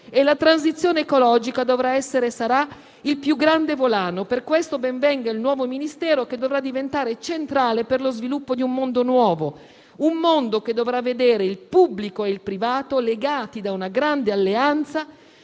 transizione ecologica. Quest'ultima dovrà essere e sarà il più grande volano. Per questo, ben venga il nuovo Ministero, che dovrà diventare centrale per lo sviluppo di un mondo nuovo, un mondo che dovrà vedere il pubblico e il privato legati da una grande alleanza